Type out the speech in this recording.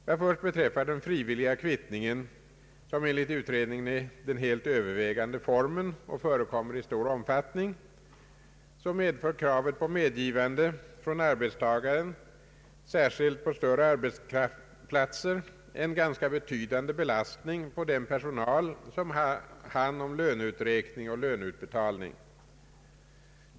Vad först beträffar den frivilliga kvittningen, som enligt utredningen är den helt övervägande formen och förekommer i stor utsträckning, medför kravet på medgivande från arbetstagaren särskilt på större arbetsplatser en ganska betydande belastning på den personal som har hand om löneuträkning och löneutbetalning.